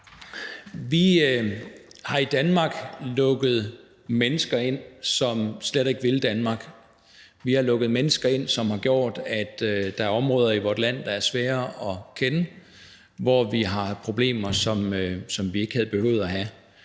Vi har i Danmark lukket mennesker ind, som slet ikke vil Danmark. Vi har lukket mennesker ind, som har gjort, at der er områder i vort land, der er svære at kende, og hvor vi har problemer, som vi ikke havde behøvet at have.